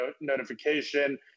notification